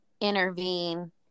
intervene